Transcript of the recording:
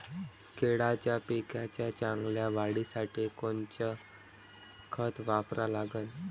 केळाच्या पिकाच्या चांगल्या वाढीसाठी कोनचं खत वापरा लागन?